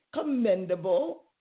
commendable